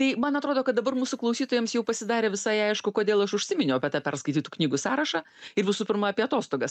tai man atrodo kad dabar mūsų klausytojams jau pasidarė visai aišku kodėl aš užsiminiau apie tą perskaitytų knygų sąrašą ir visų pirma apie atostogas